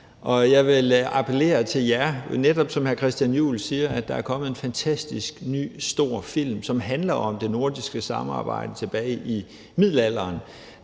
Jeg vil appellere til jer, netop som hr. Christian Juhl siger, for der er kommet en fantastisk ny, stor film, som handler om det nordiske samarbejde tilbage i middelalderen.